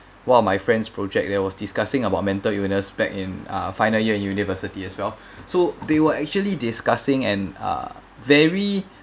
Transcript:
one of my friend's project there was discussing about mental illness back in uh final year university as well so they were actually discussing and uh very